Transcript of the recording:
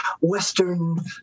Western